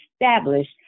established